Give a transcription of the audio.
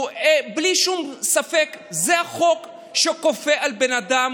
בלי שום ספק, הוא חוק שכופה על בן אדם